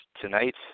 tonight